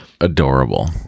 adorable